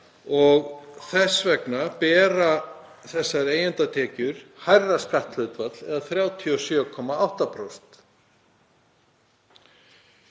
og þess vegna bera þessar eigendatekjur hærra skatthlutfall, eða 37,8%.